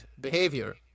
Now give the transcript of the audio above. behavior